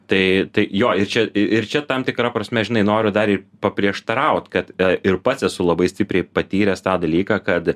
tai tai jo ir čia ir čia tam tikra prasme žinai noriu dar ir paprieštaraut kad ir pats esu labai stipriai patyręs tą dalyką kad